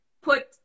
put